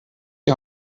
die